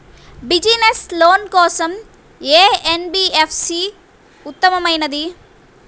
Business loan కోసం ఏ NBFC ఉత్తమమైనది?